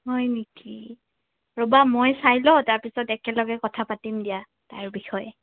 হয় নেকি ৰ'বা মই চাই লওঁ তাৰপিছত একেলগে কথা পাতিম দিয়া তাৰ বিষয়ে